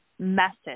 message